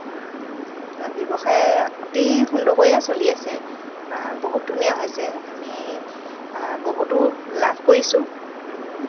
ব্যৱসায় অতি সুন্দৰকৈয়ে চলি আছে বহুত ধুনীয়া হৈছে আমি বহুতো লাভ কৰিছোঁ